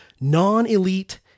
non-elite